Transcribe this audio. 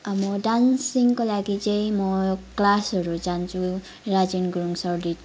म डान्सिङको लागि चाहिँ म क्लासहरू जान्छु राजेन गुरूङ सरले